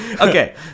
Okay